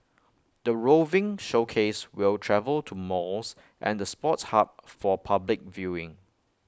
the roving showcase will travel to malls and the sports hub for public viewing